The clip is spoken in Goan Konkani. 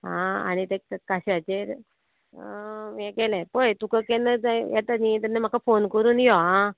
आं आनी तें त्या काशाचेर हे केले पय तुका केन्ना जाय येता न्ही तेन्ना म्हाका फोन करून यो आं